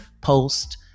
post